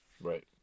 Right